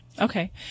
Okay